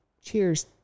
cheers